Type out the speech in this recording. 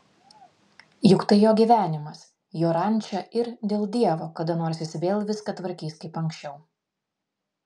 juk tai jo gyvenimas jo ranča ir dėl dievo kada nors jis vėl viską tvarkys kaip anksčiau